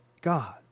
God